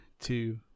two